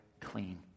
clean